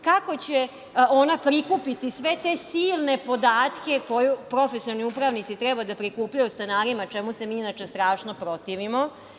Kako će ona prikupiti sve te silne podatke koje profesionalni upravnici treba da prikupljaju o stanarima, čemu se inače strašno protivimo?